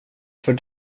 för